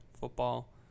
Football